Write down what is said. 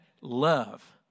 love